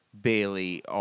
Bailey